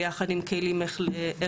יחד עם כלים להתמודדות.